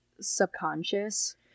subconscious